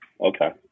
Okay